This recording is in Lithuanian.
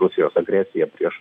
rusijos agresija prieš